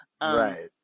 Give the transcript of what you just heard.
Right